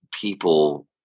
people